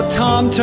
tom